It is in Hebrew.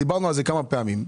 דיברנו על זה כמה פעמים.